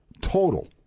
total